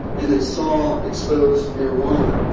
and they saw exposed marijuana.